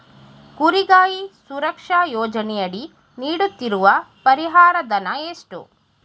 ಕುರಿಗಾಹಿ ಸುರಕ್ಷಾ ಯೋಜನೆಯಡಿ ನೀಡುತ್ತಿರುವ ಪರಿಹಾರ ಧನ ಎಷ್ಟು?